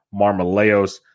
Marmaleos